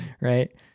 right